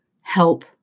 help